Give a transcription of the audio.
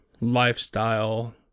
lifestyle